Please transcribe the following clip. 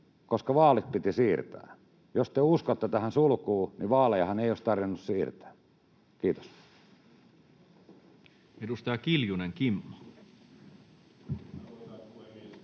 koska vaalit piti siirtää. Jos te uskotte tähän sulkuun, niin vaalejahan ei olisi tarvinnut siirtää. — Kiitos.